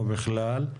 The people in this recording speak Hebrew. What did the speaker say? ובכלל.